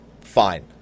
fine